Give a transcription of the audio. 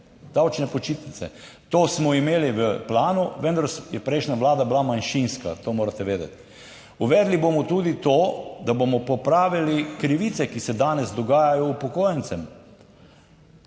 davčne počitnice. To smo imeli v planu, vendar je prejšnja vlada bila manjšinska, to morate vedeti. Uvedli bomo tudi to, da bomo popravili krivice, ki se danes dogajajo upokojencem.